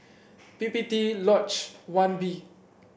P P T Lodge One B